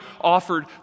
offered